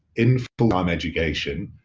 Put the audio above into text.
in full-time education,